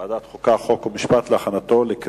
לוועדת החוקה, חוק ומשפט נתקבלה.